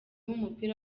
w’umupira